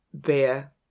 beer